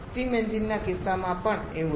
steam એન્જિનના કિસ્સામાં પણ એવું જ